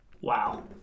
Wow